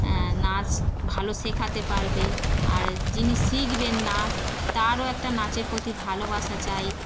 নাচ ভালো শেখাতে পারবে আর যিনি শিখবেন নাচ তারও একটা নাচের প্রতি ভালোবাসা চাই